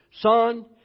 Son